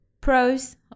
pros